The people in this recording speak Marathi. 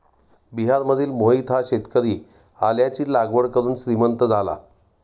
बिहारमधील मोहित हा शेतकरी आल्याची लागवड करून श्रीमंत झाला